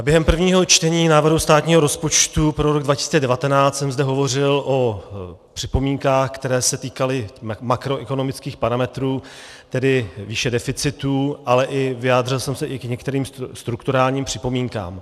Během prvního čtení státního rozpočtu pro rok 2019 jsem zde hovořil o připomínkách, které se týkaly makroekonomických parametrů, tedy výše deficitu, ale vyjádřil jsem se i k některým strukturálním připomínkám.